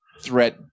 threat